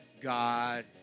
God